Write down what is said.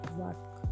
work